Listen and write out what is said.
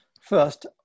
First